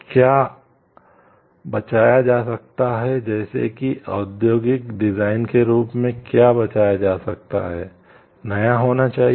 क्या बचाया जा सकता है जैसे कि औद्योगिक डिजाइन के रूप में क्या बचाया जा सकता है नया होना चाहिए